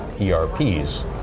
ERPs